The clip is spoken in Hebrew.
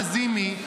לזימי,